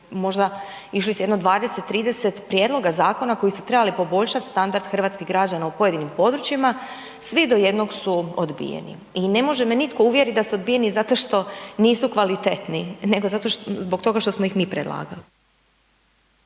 možda išli sa jedno 20, 30 prijedloga zakona koji su trebali poboljšati standard hrvatskih građana u pojedinim područjima, svi do jednog su odbijeni. I ne može me nitko uvjeriti da su odbijeni zato što nisu kvalitetni nego zbog toga što smo ih mi predlagali.